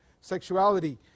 sexuality